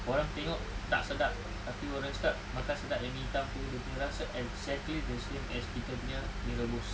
orang tengok tak sedap tapi orang cakap makan sedap yang mee hitam tu dia punya rasa exactly the same as kita punya mee rebus